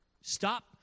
Stop